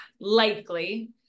likely